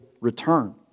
return